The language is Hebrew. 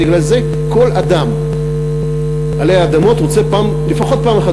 בגלל זה כל אדם עלי אדמות רוצה לפחות פעם אחת